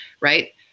Right